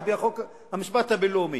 על-פי המשפט הבין-לאומי.